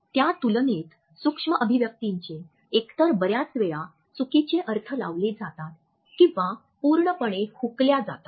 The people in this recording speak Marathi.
त्या तुलनेत सूक्ष्म अभिव्यक्तींचे एकतर बर्याच वेळा चुकीचे अर्थ लावले जातात किंवा पूर्णपणे हुकल्या जातात